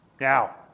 Now